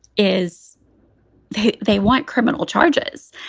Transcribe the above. is they they want criminal charges.